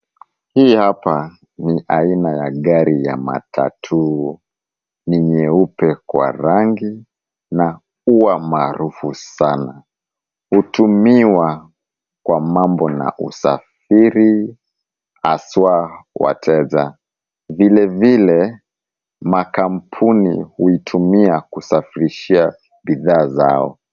Hii hapa ni aina ya gari ya matatu. Ni nyeupe kwa rangi, na huwa maarufu sana. Hutumiwa kwa mambo ya usafiri, haswa wateja. Vile vile, makampuni huitumia kusafirishia bidhaa zao.